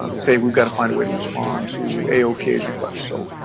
um say we've got to find a way to respond to aopa requests. so,